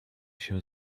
się